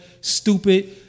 stupid